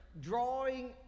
drawing